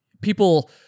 People